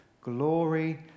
glory